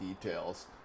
details